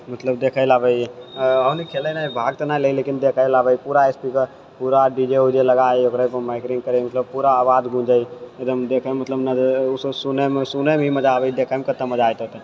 मालतब देखैले आबैयै ओनली खेलै लै नहि भाग तऽ नहि लेकिन देखैले आबैया पूरा स्पीकर पूरा डी जे वीजे लगाइ ओकरे पर एन्करिंग करैयै मतलब पूरा आवाज गुंजेयै एकदम देखैमे मतलब ओसभ सुनैमे सुनैमे भी मजा आबैया देखैमे कत्ते मजा ओत्ते तऽ